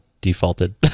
defaulted